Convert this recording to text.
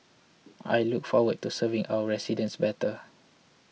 I look forward to serving our residents better